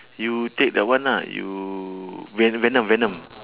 you take the one ah you ve~ venom venom